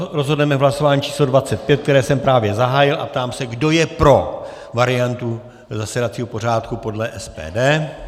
Rozhodneme v hlasování číslo 25, které jsem právě zahájil, a ptám se, kdo je pro variantu zasedacího pořádku podle SPD.